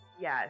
Yes